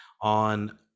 on